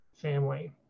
family